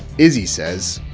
issy says,